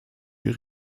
wir